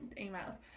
Emails